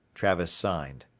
travis signed.